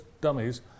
dummies